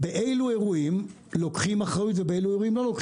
באילו אירועים לוקחים אחריות ומתי לא.